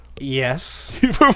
Yes